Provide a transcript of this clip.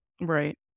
right